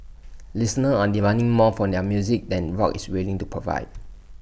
listeners are demanding more from their music than rock is willing to provide